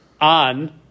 on